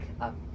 up